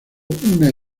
una